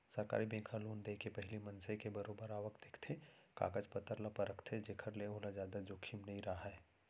सरकारी बेंक ह लोन देय ले पहिली मनसे के बरोबर आवक देखथे, कागज पतर ल परखथे जेखर ले ओला जादा जोखिम नइ राहय